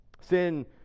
Sin